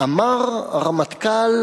ואמר הרמטכ"ל